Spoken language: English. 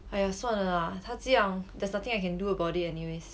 !aiya! 算了 lah 他这样 there's nothing I can do about it anyways